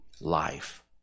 life